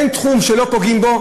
אין תחום שלא פוגעים בו,